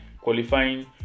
qualifying